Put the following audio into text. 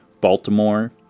Baltimore